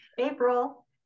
April